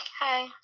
Hi